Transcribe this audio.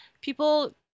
people